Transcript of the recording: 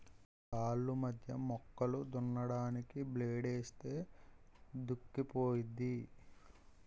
సాల్లు మధ్య మొక్కలు దున్నడానికి బ్లేడ్ ఏస్తే దుక్కైపోద్ది